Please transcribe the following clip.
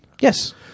Yes